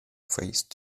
phrase